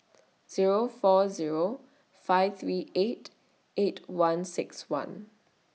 Zero four Zero five three eight eight one six one